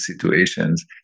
situations